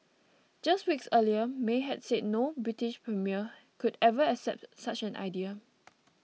just weeks earlier May had said no British premier could ever accept such an idea